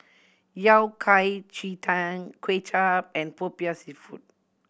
Yao Cai ji tang Kway Chap and Popiah Seafood